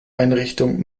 einrichtung